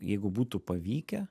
jeigu būtų pavykę